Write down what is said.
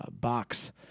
box